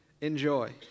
enjoy